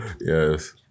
Yes